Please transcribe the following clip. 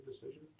decision